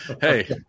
Hey